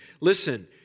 listen